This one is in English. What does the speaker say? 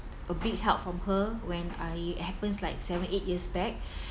a big help from her when I happens like seven eight years back